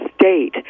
state